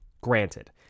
granted